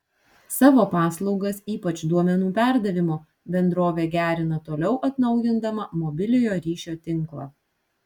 savo paslaugas ypač duomenų perdavimo bendrovė gerina toliau atnaujindama mobiliojo ryšio tinklą